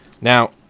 Now